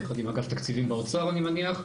יחד עם אגף תקציבים באוצר אני מניח,